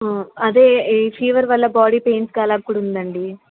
అదే ఈ ఫీవర్ వల్ల బాడీ పెయిన్స్ అలా కూడా ఉందండి